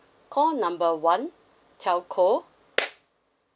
call number one telco